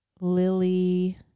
Lily